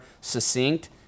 succinct